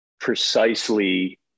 precisely